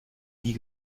nie